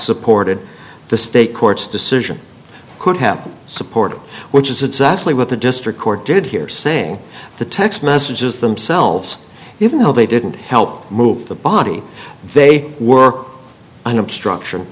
absent ported the state courts decision could happen supported which is exactly what the district court did here saying the text messages themselves even though they didn't help move the body they were an obstruct